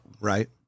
Right